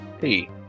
hey